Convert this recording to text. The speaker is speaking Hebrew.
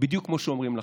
בדיוק כמו שאומרים לכם.